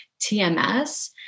TMS